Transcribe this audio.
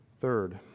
Third